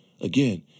Again